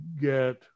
get